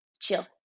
chill